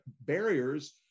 barriers